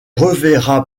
reverra